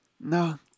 No